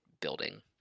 building